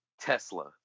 Tesla